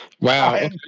Wow